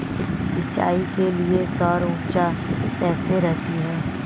सिंचाई के लिए सौर ऊर्जा कैसी रहती है?